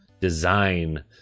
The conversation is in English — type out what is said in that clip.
design